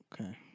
Okay